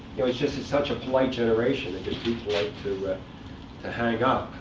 it's just it's such a polite generation. they're just too polite to to hang up.